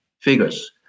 figures